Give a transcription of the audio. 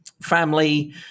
family